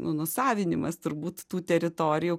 nu nusavinimas turbūt tų teritorijų